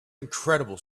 incredible